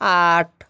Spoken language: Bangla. আট